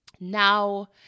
Now